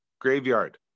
graveyard